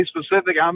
specific